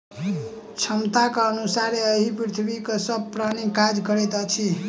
क्षमताक अनुसारे एहि पृथ्वीक सभ प्राणी काज करैत अछि